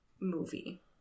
movie